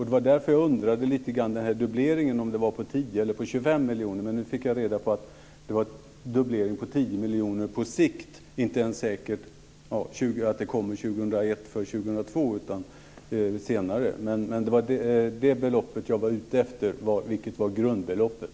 Det var därför som jag undrade om dubbleringen gällde 10 eller 25 miljoner, men nu fick jag reda på att det var en dubblering av 10 miljoner på sikt. Det är inte ens säkert att det blir aktuellt 2001 eller 2002, utan det kan komma senare. Men det var grundbeloppet som jag var ute efter.